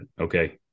okay